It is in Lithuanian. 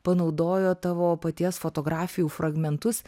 panaudojo tavo paties fotografijų fragmentus